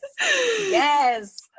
Yes